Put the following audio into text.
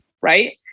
right